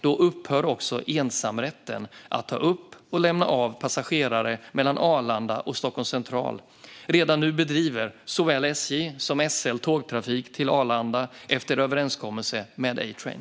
Då upphör också ensamrätten att ta upp och lämna av passagerare mellan Arlanda och Stockholm C. Redan nu bedriver såväl SJ som SL tågtrafik till Arlanda efter överenskommelse med A-Train.